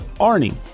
Arnie